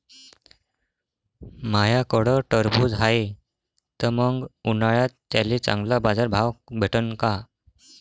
माह्याकडं टरबूज हाये त मंग उन्हाळ्यात त्याले चांगला बाजार भाव भेटन का?